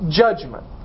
judgment